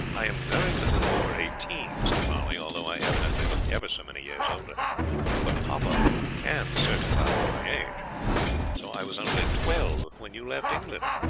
i am very little over eighteen, mr. harley, although i evidently look ever so many years older but papa can certify to my age so i was only twelve when you left england